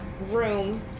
room